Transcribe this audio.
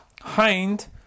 Hind